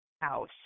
house